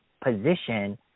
position